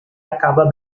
acaba